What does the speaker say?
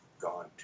GONE